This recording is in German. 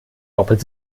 doppelt